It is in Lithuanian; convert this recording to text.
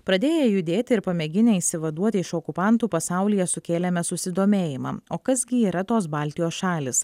pradėję judėti ir pamėginę išsivaduoti iš okupantų pasaulyje sukėlėme susidomėjimą o kas gi yra tos baltijos šalys